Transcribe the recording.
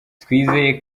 twizeye